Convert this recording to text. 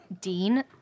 Dean